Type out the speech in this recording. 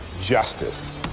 justice